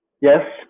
yes